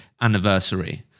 anniversary